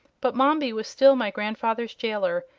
but mombi was still my grandfather's jailor,